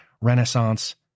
Renaissance